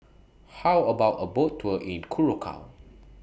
How about A Boat Tour in Curacao